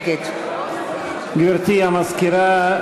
נגד גברתי המזכירה,